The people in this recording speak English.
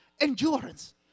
Endurance